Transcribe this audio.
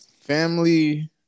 Family